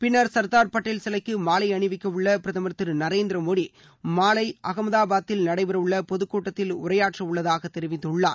பின்னர் சர்தார் பட்டேல் சிலைக்கு மாலை அணிவிக்கவுள்ள பிரதமர் திரு நரேந்திரமோடி மாலை அகமதாபாதில் நடைபெறவுள்ள பொதுக்கூட்டத்தில் உரையாற்றவுள்ளதாக தெரிவித்துள்ளார்